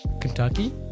Kentucky